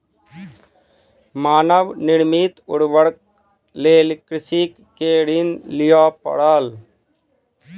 मानव निर्मित उर्वरकक लेल कृषक के ऋण लिअ पड़ल